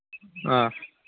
ꯑꯥ